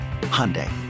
Hyundai